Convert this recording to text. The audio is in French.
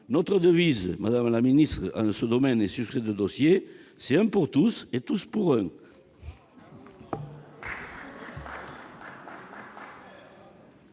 Notre devise, madame la ministre, en ce domaine et sur ces deux dossiers, est :« un pour tous et tous pour un